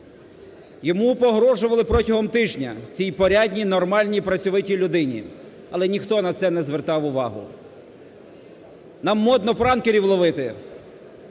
Йому погрожували протягом тижня, цій порядній, нормальній, працьовитій людині. Але ніхто на це не звертав увагу. Нам модно пранкерів ловити,